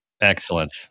Excellent